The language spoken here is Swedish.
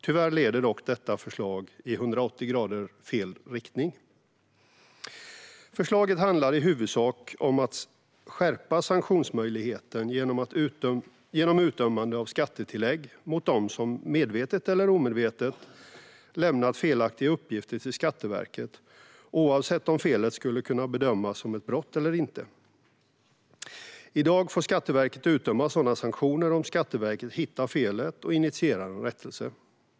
Tyvärr leder dock detta förslag 180 grader i fel riktning. Förslaget handlar i huvudsak om att skärpa sanktionsmöjligheterna genom utdömande av skattetillägg mot dem som medvetet eller omedvetet lämnat felaktiga uppgifter till Skatteverket, oavsett om felet skulle kunna bedömas som ett brott eller inte. I dag får Skatteverket utdöma sådana sanktioner om Skatteverket hittar felet och initierar en rättelse.